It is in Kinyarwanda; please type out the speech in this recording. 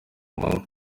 manywa